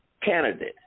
candidate